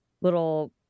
little